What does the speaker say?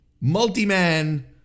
multi-man